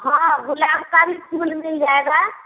हाँ गुलाब का भी फूल मिल जाएगा